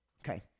Okay